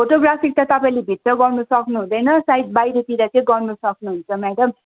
photo graphy त तपाईँले भित्र गर्नु सक्नु हुँदैन सायद बाहिरतिर चाहिँ गर्नु सक्नु हुन्छ म्याडम